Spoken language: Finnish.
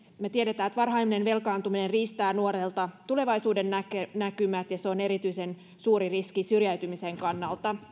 me tiedämme että varhainen velkaantuminen riistää nuorelta tulevaisuudennäkymät ja on erityisen suuri riski syrjäytymisen kannalta